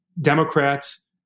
Democrats